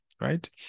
right